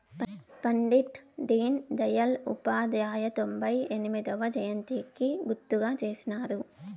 పండిట్ డీన్ దయల్ ఉపాధ్యాయ తొంభై ఎనిమొదవ జయంతికి గుర్తుగా చేసినారు